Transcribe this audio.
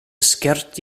sgert